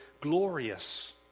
glorious